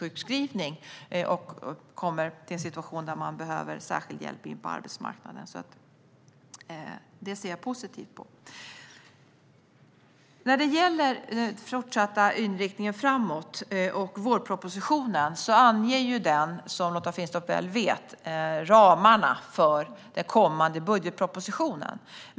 Det handlar om personer som därför är i en situation där de behöver särskild hjälp in på arbetsmarknaden. Detta ser jag positivt på. När det gäller den fortsatta inriktningen framåt och vårpropositionen anger den, som Lotta Finstorp väl vet, ramarna för den kommande budgetpropositionen.